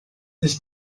des